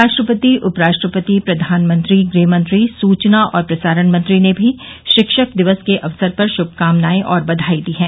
राष्ट्रपति उपराष्ट्रपति प्रधानमंत्री गृहमंत्री सूचना और प्रसारण मंत्री ने भी शिक्षक दिवस के अवसर पर शुभकामनाएं और बघाई दी हैं